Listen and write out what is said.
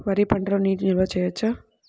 వరి పంటలో నీటి నిల్వ చేయవచ్చా?